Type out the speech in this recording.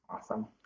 Awesome